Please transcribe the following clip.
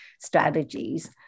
strategies